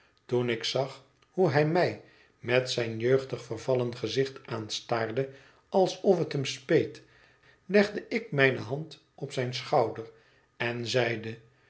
toen ik zag hoe hij mij met zijn jeugdig vervallen gezicht aanstaarde alsof het hem speet legde ik mijne hand op zijn schouder en zeide